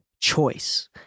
choice